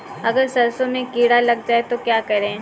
अगर सरसों में कीड़ा लग जाए तो क्या करें?